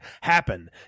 happen